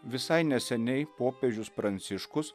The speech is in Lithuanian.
visai neseniai popiežius pranciškus